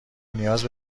نیاز